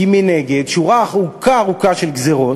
כי מנגד, שורה ארוכה ארוכה של גזירות